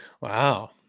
Wow